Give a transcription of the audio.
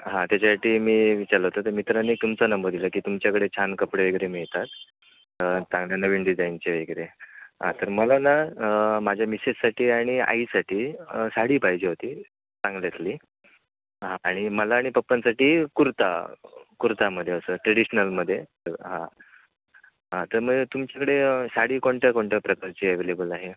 हां त्याच्यासाठी मी विचारलं होतं तर मित्राने तुमचा नंबर दिला की तुमच्याकडे छान कपडे वगैरे मिळतात चांगल्या नवीन डिझाईनचे वगैरे हां तर मला ना माझ्या मिसेससाठी आणि आईसाठी साडी पाहिजे होती चांगल्यातली हां आणि मला आणि पप्पांसाठी कुर्ता कुर्तामध्ये असं ट्रेडिशनलमध्ये हां हां तर मग तुमच्याकडे साडी कोणत्या कोणत्या प्रकारची अेव्हेलेबल आहे